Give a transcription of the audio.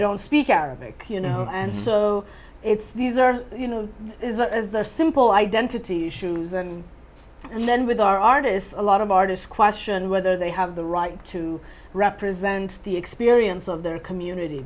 don't speak arabic you know and so it's these are you know they're simple identity issues and and then with our artists a lot of artists question whether they have the right to represent the experience of their community